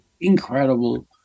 incredible